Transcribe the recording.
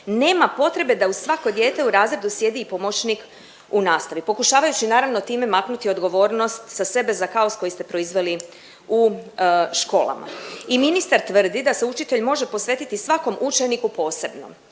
nema potrebe da uz svako dijete u razredu sjedi i pomoćnik u nastavi pokušavajući naravno time maknuti odgovornost sa sebe za kaos koji ste proizveli u školama. I ministar tvrdi da se učitelj može posvetiti svakom učeniku posebno.